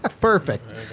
Perfect